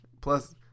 Plus